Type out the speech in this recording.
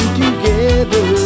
together